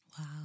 Wow